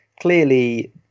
clearly